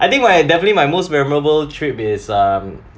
I think my definitely my most memorable trip is um